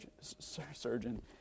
surgeon